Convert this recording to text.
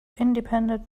independent